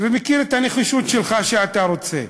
ומכיר את הנחישות שלך כשאתה רוצה,